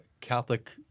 Catholic